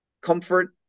comfort